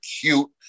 cute